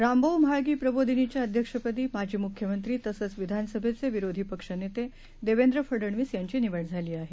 रामभाऊ म्हाळगी प्रबोधिनीच्या अध्यक्षपदी माजी मुख्यमंत्री तसंच विधानसभेचे विरोधी पक्षनेते देवेंद्र फडणवीस यांची निवड झाली आहे